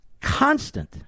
constant